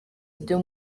byo